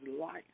life